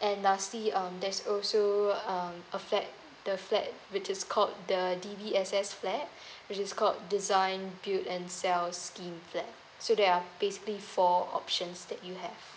and lastly um there's also um a flat the flat which is called the D_B_S_S flat which is called design build and sell scheme flat so there are basically four options that you have